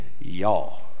y'all